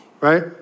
right